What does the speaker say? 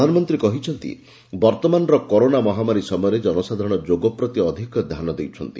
ପ୍ରଧାନମନ୍ତ୍ରୀ କହିଛନ୍ତି ବର୍ତମାନହ କରୋନା ମହାମାରୀ ସମୟରେ ଜନସାଧାରଣ ଯୋଗ ପ୍ରତି ଅଧିକ ଧ୍ୟାନ ଦେଉଛନ୍ତି